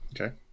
Okay